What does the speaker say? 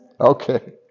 Okay